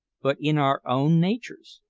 but in our own natures.